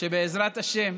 שבעזרת השם